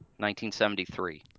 1973